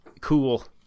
cool